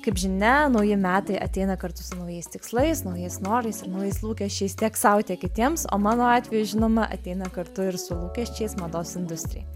kaip žinia nauji metai ateina kartu su naujais tikslais naujais norais ir naujais lūkesčiais tiek sau tiek kitiems o mano atveju žinoma ateina kartu ir su lūkesčiais mados industrijai